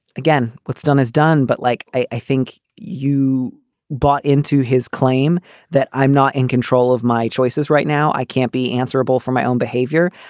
again, what's done is done. but like i i think you bought into his claim that i'm not in control of my choices right now. i can't be answerable for my own behavior.